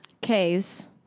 K's